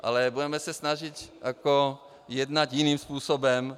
Ale budeme se snažit jednat jiným způsobem.